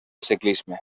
ciclisme